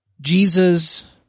Jesus